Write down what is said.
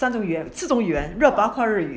三种语言四种语言没有包括日语